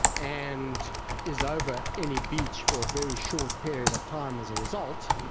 and is over any beach for a very short period of time as a result,